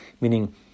Meaning